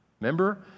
Remember